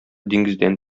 диңгездән